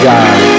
God